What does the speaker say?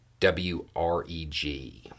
WREG